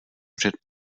před